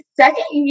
second